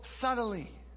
subtly